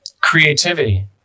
Creativity